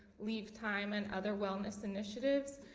leave time and other wellness initiatives,